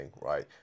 right